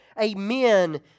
Amen